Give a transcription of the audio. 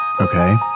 Okay